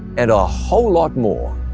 and a whole lot more.